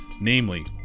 Namely